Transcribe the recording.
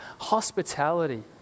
hospitality